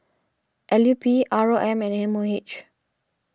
L U P R O M and M O H